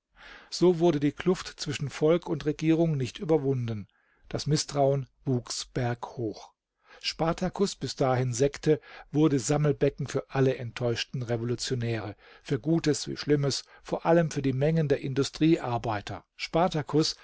so wurde die kluft zwischen volk und regierung nicht überwunden das mißtrauen wuchs berghoch spartakus bis dahin sekte wurde sammelbecken für alle enttäuschten revolutionäre für gutes wie schlimmes vor allem für die mengen der industriearbeiter spartakus